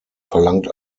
verlangt